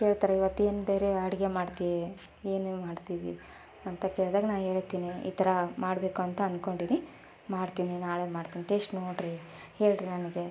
ಕೇಳ್ತಾರೆ ಇವತ್ತು ಏನು ಬೇರೆ ಅಡುಗೆ ಮಾಡ್ತಿ ಏನು ಮಾಡ್ತಿದ್ದಿ ಅಂತ ಕೇಳಿದಾಗ ನಾ ಹೇಳ್ತಿನಿ ಈ ಥರ ಮಾಡಬೇಕು ಅಂತ ಅನ್ಕೊಂಡಿದಿನಿ ಮಾಡ್ತೀನಿ ನಾಳೆ ಮಾಡ್ತೀನಿ ಟೇಶ್ಟ್ ನೋಡಿರಿ ಹೇಳಿರಿ ನನಗೆ